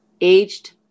aged